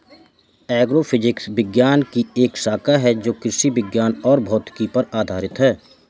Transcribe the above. agrophysics विज्ञान की एक शाखा है जो कृषि विज्ञान और भौतिकी पर आधारित है